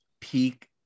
peak